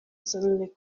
suddenly